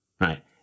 Right